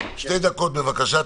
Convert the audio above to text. בבקשה, בצלאל, שתי דקות, תשתדל.